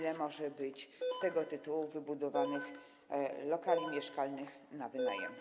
Ile może być z tego tytułu wybudowanych lokali mieszkalnych na wynajem?